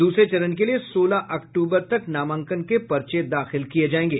दूसरे चरण के लिए सोलह अक्टूबर तक नामांकन के पर्चे दाखिल किये जायेंगे